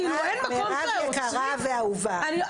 מירב היקרה והאהובה,